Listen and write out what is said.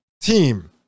team